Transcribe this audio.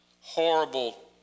horrible